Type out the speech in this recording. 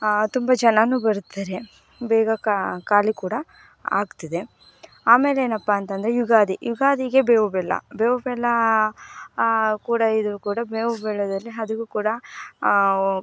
ತುಂಬ ಜನವೂ ಬರ್ತಾರೆ ಬೇಗ ಖಾಲಿ ಕೂಡ ಆಗ್ತದೆ ಆಮೇಲೆನಪ್ಪಾ ಅಂತಂದರೆ ಯುಗಾದಿ ಯುಗಾದಿಗೆ ಬೇವು ಬೆಲ್ಲ ಬೇವು ಬೆಲ್ಲ ಕೂಡ ಇದು ಕೂಡ ಬೇವು ಬೆಲ್ಲದಲ್ಲಿ ಅದಕ್ಕು ಕೂಡ